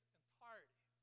entirety